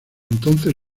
entonces